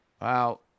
Wow